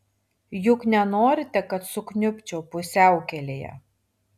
juk nenorite kad sukniubčiau pusiaukelėje